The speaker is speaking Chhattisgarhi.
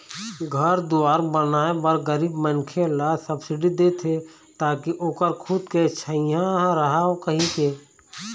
घर दुवार बनाए बर गरीब मनखे ल सब्सिडी देथे ताकि ओखर खुद के छइहाँ रहय कहिके